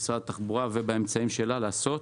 משרד התחבורה ובאמצעים שלו לעשות.